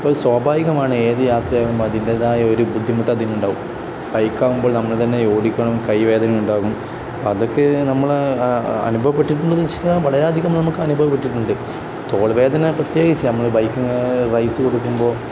ഇപ്പം സ്വാഭാവികമാണ് ഏത് യാത്രയാകുമ്പോൾ അതിൻ്റെതായ ഒരു ബുദ്ധിമുട്ട് അതിന് ഉണ്ടാവും ബൈക്കാവുമ്പോൾ നമ്മൾ തന്നെ ഓടിക്കണം കൈ വേദന ഉണ്ടാകും അതൊക്കെ നമ്മൾ അനുഭവപ്പെട്ടിട്ടുണ്ടെന്ന് വച്ചു കഴിഞ്ഞാൽ വളരെയധികം നമുക്ക് അനുഭവപ്പെട്ടിട്ടുണ്ട് തോൾ വേദന പ്രത്യേകിച്ചു നമ്മൾ ബൈക്കിങ്ങ് റൈസ് കൊടുക്കുമ്പോൾ